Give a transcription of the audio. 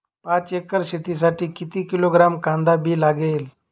पाच एकर शेतासाठी किती किलोग्रॅम कांदा बी लागेल?